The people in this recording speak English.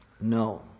No